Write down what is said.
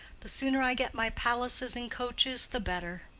the sooner i get my palaces and coaches the better.